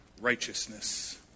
righteousness